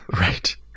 right